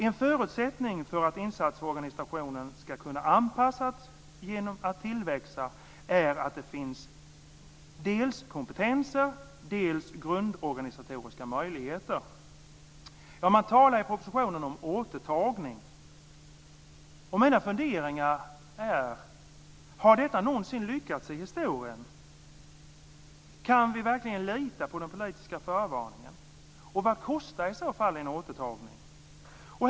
En förutsättning för att insatsorganisationen skall kunna anpassas genom att tillväxa är att det finns dels kompetenser, dels grundorganisatoriska möjligheter". Man talar i propositionen om återtagning. Mina funderingar är: Har detta någonsin lyckats i historien? Kan vi verkligen lita på den politiska förvarningen? Vad kostar i så fall en återtagning?